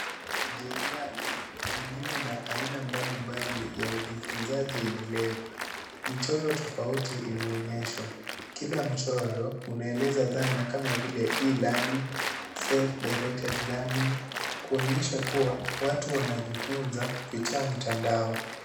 Jedwali lililo na aina mbalimbali ya ujifunzaji endelevu. Michoro tofauti imeonyeshwa. Kila mchoro unaeleza dhana kama vile (cs)E LEARNING, self directed learning(cs), kuonyesha kuwa watu wanajifunza kupitia mtandao.